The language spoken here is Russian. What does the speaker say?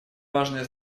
важное